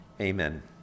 Amen